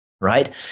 right